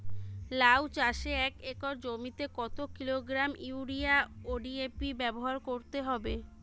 লাউ চাষে এক একর জমিতে কত কিলোগ্রাম ইউরিয়া ও ডি.এ.পি ব্যবহার করতে হবে?